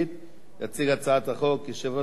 יציג את הצעת החוק יושב-ראש ועדת החוקה,